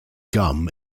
gum